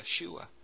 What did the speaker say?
Yeshua